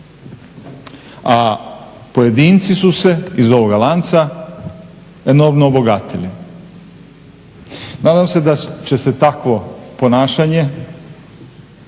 a pojedinci su se iz ovoga lanca enormno obogatili. Nadam se da će se takvo ponašanje